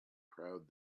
proud